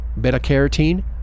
beta-carotene